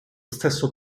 stesso